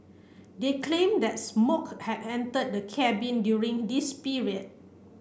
they claimed that smoke had entered the cabin during this period